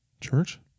Church